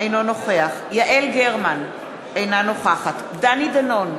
אינו נוכח יעל גרמן, אינה נוכחת דני דנון,